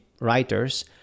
writers